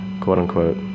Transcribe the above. quote-unquote